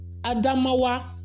adamawa